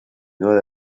got